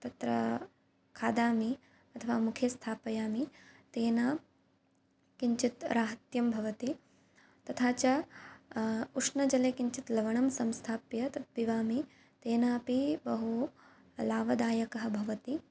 तत्र खादामि अथवा मुखे स्थापयामि तेन किञ्चित् राहत्यं भवति तथा च उष्णजले किञ्चित् लवणं संस्थाप्य तत्पिबामि तेनापि बहुलाभदायकः भवति